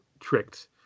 Tricked